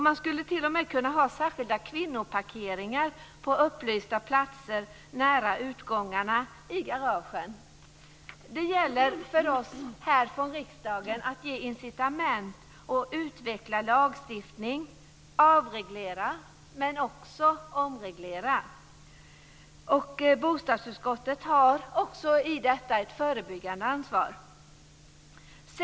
Man skulle t.o.m. kunna ha särskilda kvinnoparkeringar på upplysta platser nära utgångarna i garagen. Det gäller för oss här i riksdagen att ge incitament och utveckla lagstiftningen, att avreglera men också omreglera. Bostadsutskottet har ett förebyggande ansvar i detta.